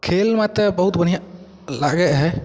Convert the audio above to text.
खेल मतलब बहुत बढ़िऑं लागै हइ